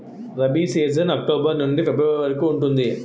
rabi season October నుండి ఫిబ్రవరి వరకు ఉంటుంది